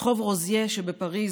ברחוב רוזייה שבפריז